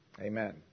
Amen